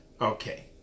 okay